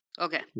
Okay